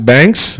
Banks